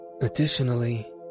Additionally